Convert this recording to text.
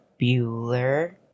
Bueller